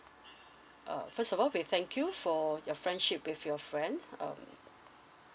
uh first of all we thank you for your friendship with your friend um